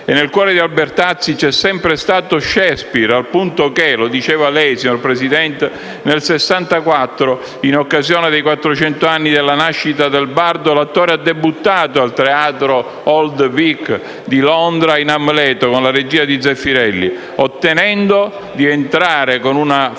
Nel cuore di Albertazzi c'è sempre stato Shakespeare, al punto che - lo diceva lei, signor Presidente - nel 1964, in occasione dei quattrocento anni dalla nascita del Bardo, l'attore ha debuttato al teatro Old Vic di Londra in «Amleto», con la regia di Franco Zeffìrelli, ottenendo di entrare con una foto